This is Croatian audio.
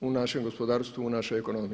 u našem gospodarstvu, u našoj ekonomiji.